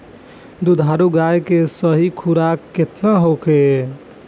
दुधारू गाय के सही खुराक केतना होखे?